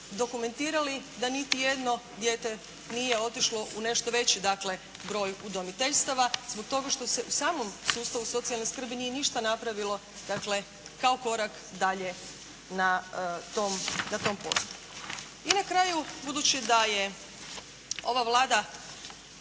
dokumentirali da niti jedno dijete nije otišlo u nešto veći dakle broj udomiteljstava zbog toga što se u samom sustavu socijalne skrbi nije ništa napravilo dakle kao korak dalje na tom poslu. I na kraju, budući da je ova Vlada